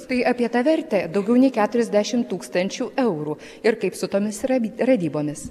tai apie tą vertę daugiau nei keturiasdešimt tūkstančių eurų ir kaip su tomis radybomis